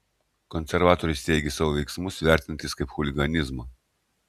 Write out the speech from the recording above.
konservatorius teigė savo veiksmus vertinantis kaip chuliganizmą